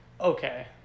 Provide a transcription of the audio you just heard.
okay